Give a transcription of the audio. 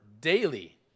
daily